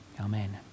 Amen